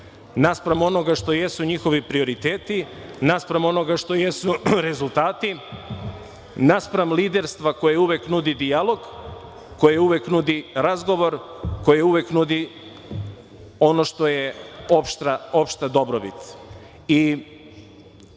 naspram onoga što jesu njihovi prioriteti, naspram onoga što jesu rezultati, naspram liderstva koje uvek nudi dijalog, koje uvek nudi razgovor, koji uvek nudi ono što je opšta dobrobit